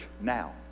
now